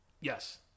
Yes